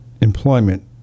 employment